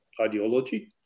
ideology